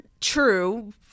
true